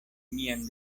mian